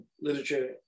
literature